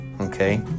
Okay